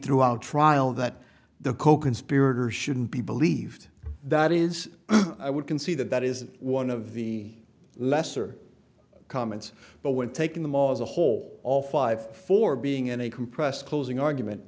throughout trial that the coconspirator shouldn't be believed that is i would concede that that is one of the lesser comments but when taking the law as a whole all five for being in a compressed closing argument